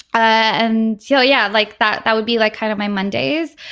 and so yeah like that that would be like kind of my mondays.